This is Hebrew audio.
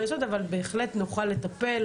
אבל בהחלט נוכל לטפל,